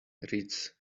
reads